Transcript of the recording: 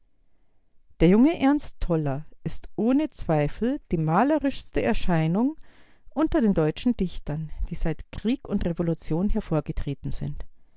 der junge ernst toller ist ohne zweifel die malerischste erscheinung unter den deutschen dichtern die seit krieg und revolution hervorgetreten sind